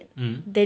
mm